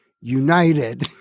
United